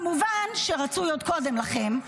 כמובן שרצוי עוד קודם לכן,